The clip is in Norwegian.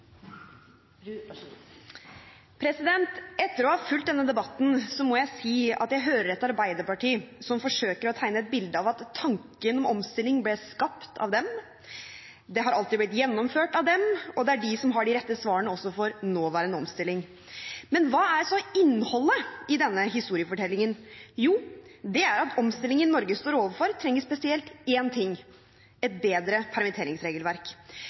Etter å ha fulgt denne debatten må jeg si at jeg hører et arbeiderparti som forsøker å tegne et bilde av at tanken om omstilling ble skapt av dem, det har alltid blitt gjennomført av dem, og det er de som har de rette svarene også for nåværende omstilling. Men hva er så innholdet i denne historiefortellingen? Jo, det er at omstillingen Norge står overfor, trenger spesielt en ting: et bedre permitteringsregelverk.